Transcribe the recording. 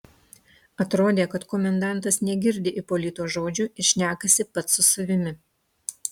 atrodė kad komendantas negirdi ipolito žodžių ir šnekasi pats su savimi